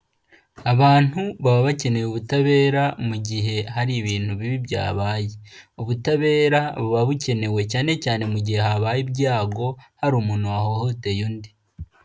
Abantu baba bakeneye ubutabera mu gihe hari ibintu bibi byabaye. Ubutabera buba bukenewe cyane cyane mu gihe habaye ibyago, hari umuntu wahohoteye undi.